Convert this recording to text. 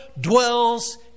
dwells